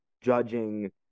judging